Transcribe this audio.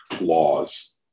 laws